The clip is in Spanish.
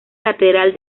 lateral